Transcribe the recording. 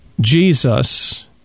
Jesus